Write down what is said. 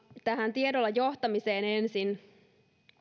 tähän tiedolla johtamiseen ensin